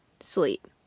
sleep